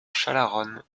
chalaronne